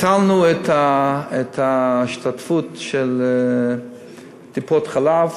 ביטלנו את ההשתתפות בטיפות-חלב